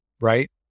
right